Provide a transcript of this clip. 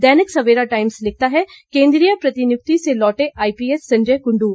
दैनिक Savera Times लिखता है केंद्रीय प्रतिनियुक्ति से लौटे आईपीएस संजय कुंडू